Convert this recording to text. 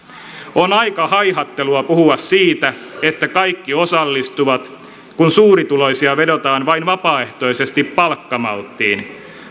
on aika haihattelua puhua siitä että kaikki osallistuvat kun suurituloisia vedotaan vain vapaaehtoisesti palkkamalttiin